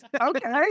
Okay